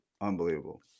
unbelievable